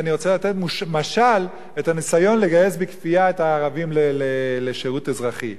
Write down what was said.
אני רוצה לתת משל לניסיון לגייס בכפייה את הערבים לשירות אזרחי.